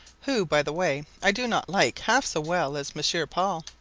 who, by the way, i do not like half so well as monsieur paul.